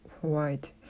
white